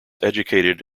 educated